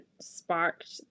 sparked